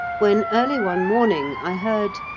when early one morning i heard,